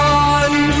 one